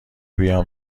بیام